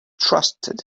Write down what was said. trusted